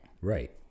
Right